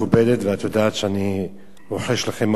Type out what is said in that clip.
ואת יודעת שאני מאוד רוחש לך כבוד,